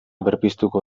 berpiztuko